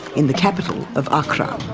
in the capital of accra,